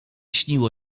śniło